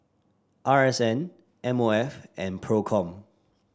R S N M O F and Procom